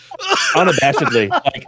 unabashedly